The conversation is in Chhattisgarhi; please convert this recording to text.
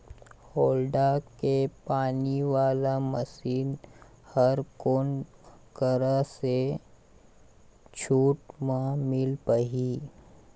होण्डा के पानी वाला मशीन हर कोन करा से छूट म मिल पाही?